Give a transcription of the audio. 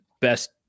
best